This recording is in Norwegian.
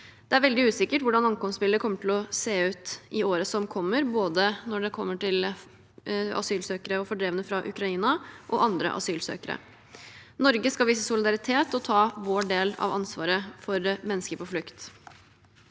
Det er veldig usikkert hvordan ankomstbildet vil se ut i året som kommer, med tanke på både fordrevne fra Ukraina og andre asylsøkere. Norge skal vise solidaritet og ta sin del av ansvaret for mennesker på flukt.